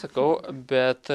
sakau bet